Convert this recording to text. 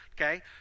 okay